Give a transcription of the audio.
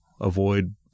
avoid